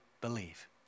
believe